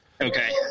Okay